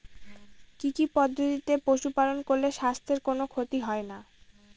কি কি পদ্ধতিতে পশু পালন করলে স্বাস্থ্যের কোন ক্ষতি হয় না?